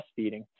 breastfeeding